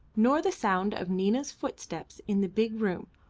nor the sound of nina's footsteps in the big room,